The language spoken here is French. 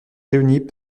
réunies